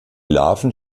larven